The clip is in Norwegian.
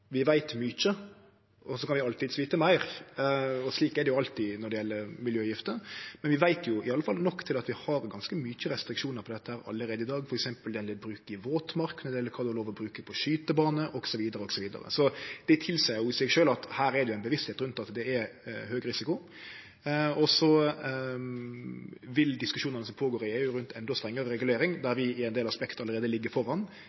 vi veit mykje, og så kan vi alltids vite meir. Og slik er det alltid når det gjeld miljøgifter. Men vi veit i alle fall nok til at vi har ganske mange restriksjonar på dette allereie i dag, f.eks. når det gjeld bruk i våtmark, og når det gjeld kva ein har lov å bruke på skytebanen osv., osv. Det i seg sjølv tilseier at her er det ein bevisstheit rundt at det er høg risiko. Og så vil diskusjonane som går føre seg i EU om enda strengare regulering, der vi i ein del aspekt allereie ligg